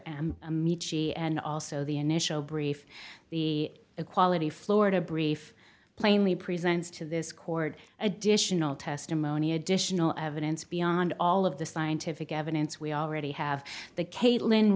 amaechi and also the initial brief the equality florida brief plainly presents to this court additional testimony additional evidence beyond all of the scientific evidence we already have the kaitlin